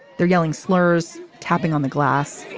they're yelling slurs, tapping on the glass.